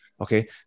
Okay